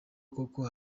koko